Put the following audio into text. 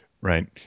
Right